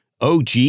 OG